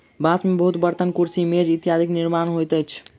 बांस से बहुत बर्तन, कुर्सी, मेज इत्यादिक निर्माण होइत अछि